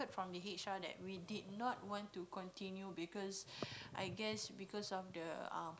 from the h_r that we did not want to continue because I guess because of the um